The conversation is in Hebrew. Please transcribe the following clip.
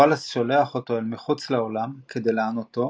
וואלאס שולח אותו אל מחוץ לעולם כדי לענותו